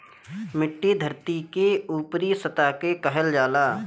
मिट्टी धरती के ऊपरी सतह के कहल जाला